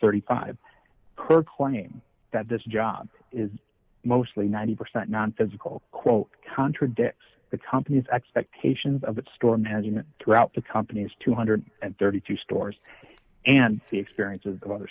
thirty five her claim that this job is mostly ninety percent nonphysical quote contradicts the company's expectations of its store management throughout the company's two hundred and thirty two stores and the experience of other